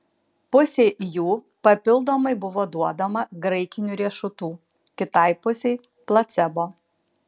pusei jų papildomai buvo duodama graikinių riešutų kitai pusei placebo